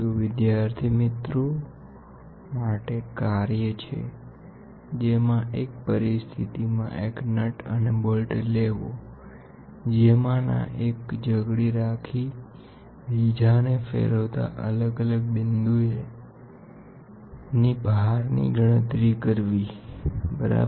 તો વિદ્યાર્થી મિત્રો તમારા માટે એક કાર્ય છે જેમાં એક પરિસ્થિતિમાં એક નટ અને બોલ્ટ લેવો જેમાંના એક જકડી રાખી બીજાને ફેરવતા જાઓ બરાબર અને એક ક્રિટિકલ પોઈન્ટ પછી બોલ્ટને ખોલતા જઈને અલગ અલગ બિંદુ એ ભારની ગણતરી કરવી બરાબર